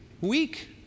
week